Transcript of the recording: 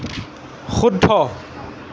শুদ্ধ